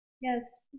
Yes